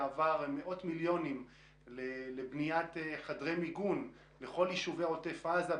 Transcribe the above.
מאות מיליונים בבניית חדרי מיגון בכל יישובי עוטף עזה,